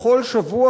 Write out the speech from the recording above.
בכל שבוע,